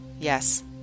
Yes